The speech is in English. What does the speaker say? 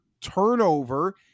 turnover